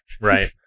Right